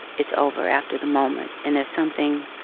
it's over after the moment. and there's something